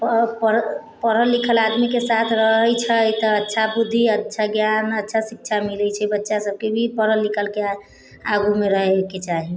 आओर पढ़ल लिखल आदमीके साथ रहै छै तऽ अच्छा बुद्धि अच्छा ज्ञान अच्छा शिक्षा मिलै छै बच्चा सबके भी पढ़ल लिखलके आगूमे रहैके चाही